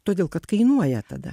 todėl kad kainuoja tada